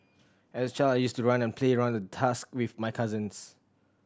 as a child I used to run and play around the tusk with my cousins